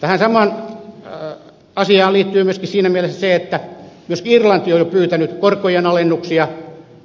tähän samaan asiaan liittyy myöskin se että myös irlanti on jo pyytänyt korkojen alennuksia